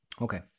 Okay